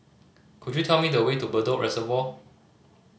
could you tell me the way to Bedok Reservoir